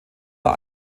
war